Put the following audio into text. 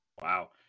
Wow